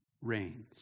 reigns